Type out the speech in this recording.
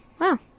Wow